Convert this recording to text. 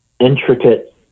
Intricate